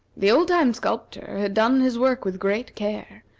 the old-time sculptor had done his work with great care,